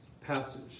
passage